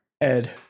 Ed